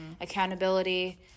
accountability